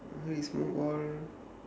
smoke all